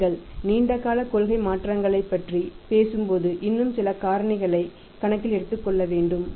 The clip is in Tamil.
நீங்கள் நீண்ட கால கொள்கை மாற்றங்களைப்பற்றி பேசும்போது இன்னும் சில காரணிகளை கணக்கில் எடுத்துக்கொள்ள வேண்டும்